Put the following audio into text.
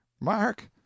Mark